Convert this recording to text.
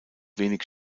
wenig